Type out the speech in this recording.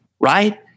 right